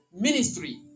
ministry